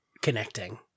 connecting